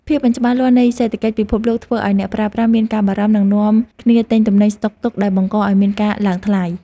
ភាពមិនច្បាស់លាស់នៃសេដ្ឋកិច្ចពិភពលោកធ្វើឱ្យអ្នកប្រើប្រាស់មានការបារម្ភ និងនាំគ្នាទិញទំនិញស្តុកទុកដែលបង្កឱ្យមានការឡើងថ្លៃ។